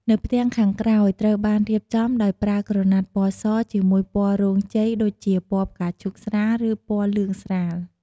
នៅផ្ទាំងខាងក្រោយ ត្រូវបានរៀបចំដោយប្រើក្រណាត់ពណ៌សជាមួយពណ៌រោងជ័យដូចជា ពណ៌ផ្កាឈូកស្រាល ឬពណ៌លឿងស្រាល។